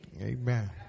Amen